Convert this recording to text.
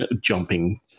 jumping